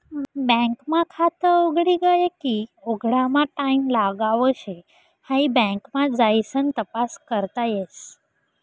bank मा खात उघडी गये की उघडामा टाईम लागाव शे हाई बँक मा जाइसन तपास करता येस